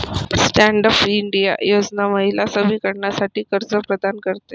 stand up India योजना महिला सबलीकरणासाठी कर्ज प्रदान करते